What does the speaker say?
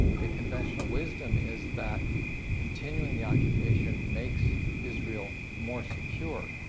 the conventional wisdom is that continuing the occupation makes israel more secure.